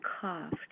coughed